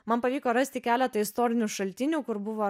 man pavyko rasti keletą istorinių šaltinių kur buvo